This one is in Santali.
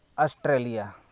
ᱚᱥᱴᱨᱮᱞᱤᱭᱟ